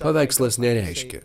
paveikslas nereiškia